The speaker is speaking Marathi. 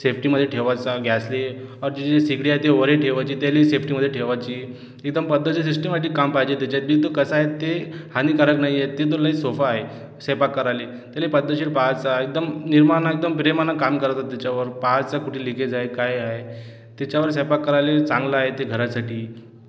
सेफ्टीमध्ये ठेवायचा गॅसला आणि ती जे शेगडी आहे ती वर ठेवायची त्याला सेफ्टीमध्ये ठेवायची एकदम पद्धतशीर सिस्टेमॅटिक काम पाहिजे त्याच्यात आणि त कसं हाय ते हानिकारक नाही आहे ते तर लई सोपा आहे स्वयंपाक करायला ते लई पद्धतशीर पाहायचा एकदम नेमानं एकदम प्रेमानं काम करायचं त्याच्यावर पाहायचं कुठे लिकेज आहे काय आहे त्याच्यावर स्वयंपाक करायला चांगलं आहे ते घरासाठी